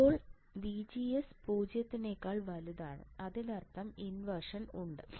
ഇപ്പോൾ VGS 0 നേക്കാൾ വലുതാണ് അതിനർത്ഥം ഇൻവേർഷൻ ഉണ്ട്